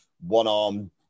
one-arm